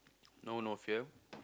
no no fail